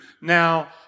now